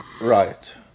Right